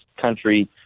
country